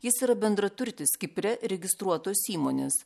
jis yra bendraturtis kipre registruotos įmonės